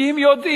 כי הם יודעים